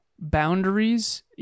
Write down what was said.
boundaries